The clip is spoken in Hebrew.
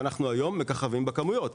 והיום אנחנו מככבים בכמויות.